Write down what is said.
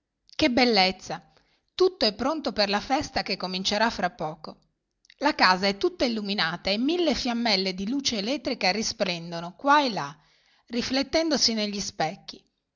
che bellezza tutto è pronto per la festa che comincerà fra poco la casa è tutta illuminata e mille fiammelle di luce elettrica risplendono qua e là riflettendosi negli specchi